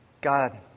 God